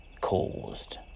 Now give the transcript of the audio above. caused